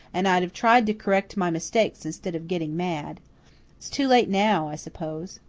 and i'd have tried to kerrect my mistakes instead of getting mad. it's too late now, i suppose.